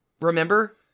remember